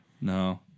No